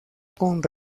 con